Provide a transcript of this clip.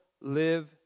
live